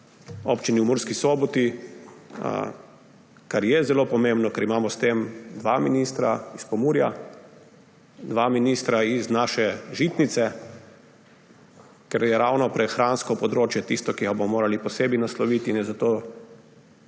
enoti v Murski Soboti, kar je zelo pomembno, ker imamo s tem dva ministra iz Pomurja, dva ministra iz naše žitnice, ker je ravno prehransko področje tisto, ki ga bomo morali posebej nasloviti. In zato